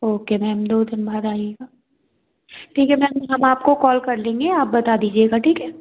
okay ma'am दो दिन बाद आइएगा ठीक है मैम हम आपको कॉल कर लेंगे आप बता दीजिएगा ठीक है